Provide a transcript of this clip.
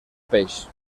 peix